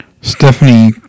Stephanie